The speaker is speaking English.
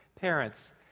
parents